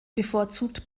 bevorzugt